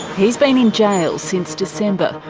he's been in jail since december,